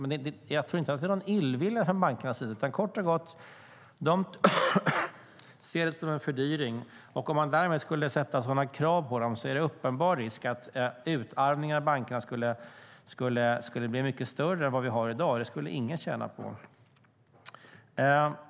Men jag tror inte att det är någon illvilja från bankernas sida, utan de ser det kort och gott som en fördyring. Om vi skulle ställa sådana krav på dem är det en uppenbar risk för att utarmningen av bankerna skulle bli mycket större än vad den är i dag. Det skulle ingen tjäna på.